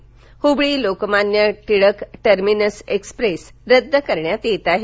ड्बळी Lokmanya Tilak terminus express रद्द करण्यात येत आहे